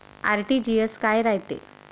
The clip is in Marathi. आर.टी.जी.एस काय रायते?